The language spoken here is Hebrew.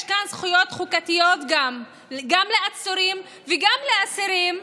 יש כאן זכויות חוקתיות גם לעצורים וגם לאסירים.